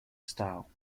style